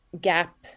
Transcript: gap